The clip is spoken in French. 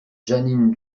jeanine